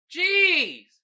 Jeez